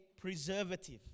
preservative